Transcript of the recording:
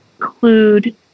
include